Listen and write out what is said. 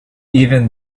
even